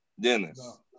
Dennis